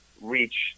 reach